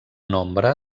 nombre